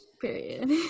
Period